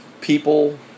people